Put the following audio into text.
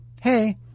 hey